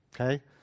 Okay